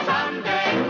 Someday